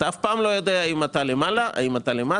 אתה אף פעם לא יודע אם אתה למעלה או למטה,